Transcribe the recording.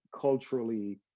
culturally